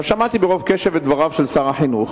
שמעתי ברוב קשב את דבריו של שר החינוך,